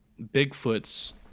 Bigfoot's